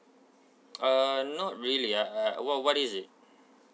uh not really I I what what is it